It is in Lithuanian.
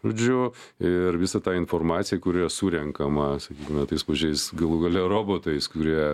žodžiu ir visa ta informacija kur yra surenkama sakykime tais pačiais galų gale robotais kurie